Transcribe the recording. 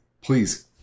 please